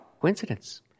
Coincidence